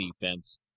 defense